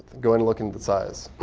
going to look into the size.